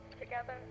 together